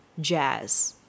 jazz